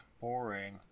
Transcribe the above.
Boring